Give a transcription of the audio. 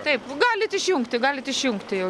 taip galit išjungti galit išjungti jau